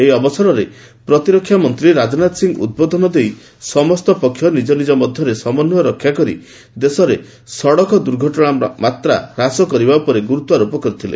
ଏହି ଅବସରରେ ପ୍ରତିରକ୍ଷାମନ୍ତ୍ରୀ ରାଜନାଥ ସିଂ ଉଦ୍ବୋଧନ ଦେଇ ସମସ୍ତ ପକ୍ଷ ନିଜ ନିଜ ମଧ୍ୟରେ ସମନ୍ଧୟ ରକ୍ଷାକରି ଦେଶରେ ସଡ଼କ ଦୁର୍ଘଟଣା ମାତ୍ରା ହ୍ରାସ କରିବା ଉପରେ ଗୁରୁତ୍ୱାରୋପ କରିଥିଲେ